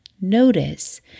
notice